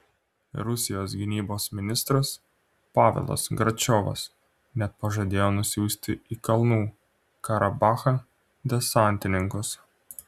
rusijos gynybos ministras pavelas gračiovas net pažadėjo nusiųsti į kalnų karabachą desantininkus